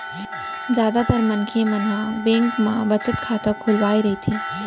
जादातर मनखे मन ह बेंक म बचत खाता खोलवाए रहिथे